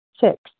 Six